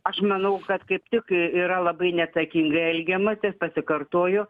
aš manau kad kaip tik yra labai neatsakingai elgiamasi aš pasikartoju